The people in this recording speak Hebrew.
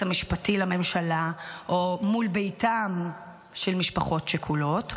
המשפטי לממשלה או מול ביתן של משפחות שכולות,